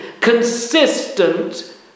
consistent